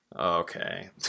Okay